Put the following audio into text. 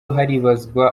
haribazwa